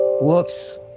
Whoops